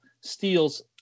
Steals